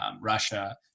Russia